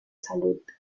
salud